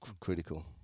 critical